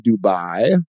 Dubai